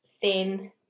thin